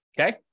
okay